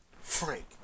Frank